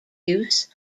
use